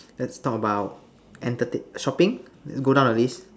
let's talk about entertain shopping go down the list